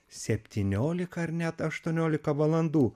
septyniolika ar net aštuoniolika valandų